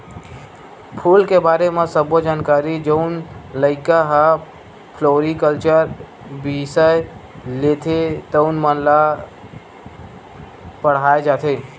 फूल के बारे म सब्बो जानकारी जउन लइका ह फ्लोरिकलचर बिसय लेथे तउन मन ल पड़हाय जाथे